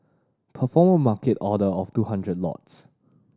perform a market order of two hundred lots